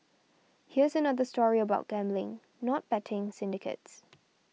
here's another story about gambling not betting syndicates